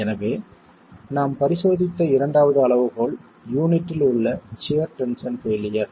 எனவே நாம் பரிசோதித்த இரண்டாவது அளவுகோல் யூனிட்டில் உள்ள சியர் டென்ஷன் பெயிலியர்